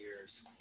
years